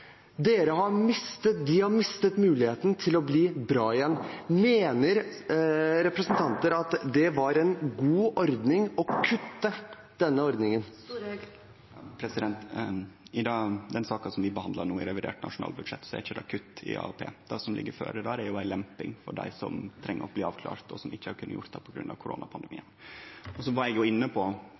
har mistet muligheten til å bli bra igjen. Mener representanten at det var en god ting å kutte i denne ordningen? I den saka vi behandlar no, om revidert nasjonalbudsjett, er det ikkje kutt i AAP. Det som ligg føre der, er ei lemping for dei som treng å bli avklart, og som ikkje har kunna blitt det på grunn av koronapandemien. Eg var fleire gonger i løpet av denne replikkvekslinga inne på